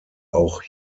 auch